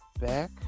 back